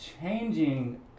changing